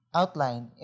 outline